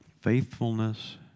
faithfulness